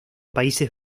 países